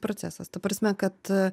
procesas ta prasme kad